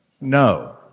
no